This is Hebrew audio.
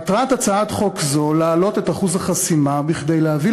מטרת הצעת חוק זו להעלות את אחוז החסימה כדי להביא